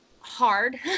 hard